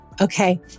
Okay